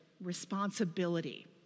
responsibility